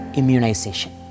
immunization